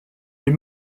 est